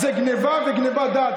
זה גנבה וגנבת דעת.